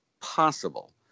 possible